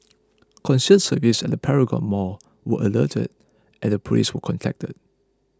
concierge services at Paragon mall were alerted and the police were contacted